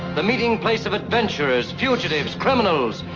the meeting place of adventurers, fugitives, criminals,